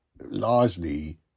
largely